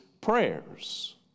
prayers